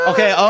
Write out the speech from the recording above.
Okay